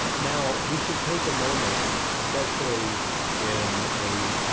now, we should take a moment, especially in a